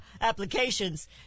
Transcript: applications